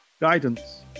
guidance